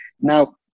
Now